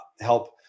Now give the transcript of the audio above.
help